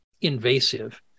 invasive